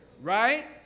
right